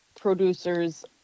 producers